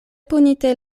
punite